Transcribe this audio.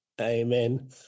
Amen